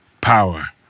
power